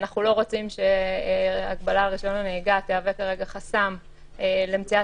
אנחנו לא רוצים שההגבלה לרישיון הנהיגה תהווה חסם למציאת